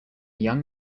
young